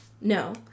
no